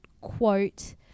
quote